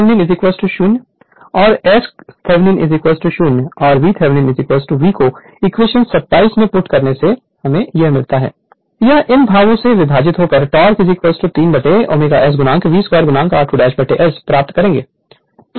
Refer Slide Time 2828 तो r Thevenin 0 और x Thevenin 0 और VThevenin V को इक्वेशन 27 में पुट करने से से यह इन भावों से विभाजित होकर torques 3ω S V2 r2 S प्राप्त करेगा